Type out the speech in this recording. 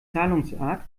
zahlungsart